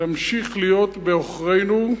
תמשיך להיות בעוכרינו.